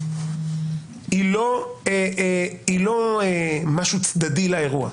היא לא משהו צדדי לאירוע,